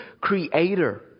creator